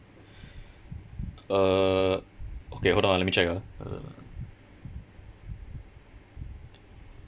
uh okay hold on ah let me check ah uh